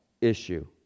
issue